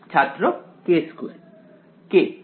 ছাত্র k2 k সঠিক